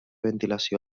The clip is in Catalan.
ventilació